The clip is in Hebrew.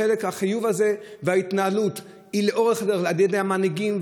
החיוב הזה וההתנהלות של המנהיגים,